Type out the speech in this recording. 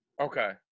okay